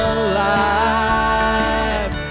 alive